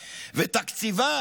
ותקציבה,